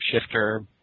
shifter